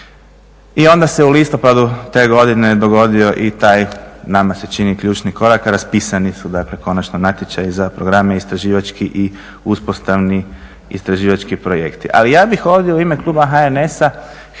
I onda se u listopadu te godine dogodio i taj, nama se čini, ključni korak, raspisani su dakle konačno natječaji za programe istraživački i uspostavni istraživački projekti. Ali ja bih ovdje u ime kluba HNS-a